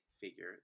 figure